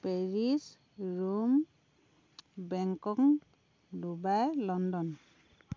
Paris Rome Bangkok Dubai London